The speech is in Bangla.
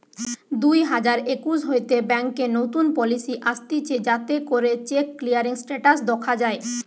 দুই হাজার একুশ হইতে ব্যাংকে নতুন পলিসি আসতিছে যাতে করে চেক ক্লিয়ারিং স্টেটাস দখা যায়